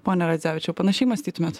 pone radzevičiau panašiai mąstytumėt